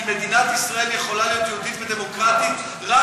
כי מדינת ישראל יכולה להיות יהודית ודמוקרטית רק